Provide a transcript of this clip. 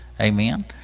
Amen